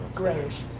grayish.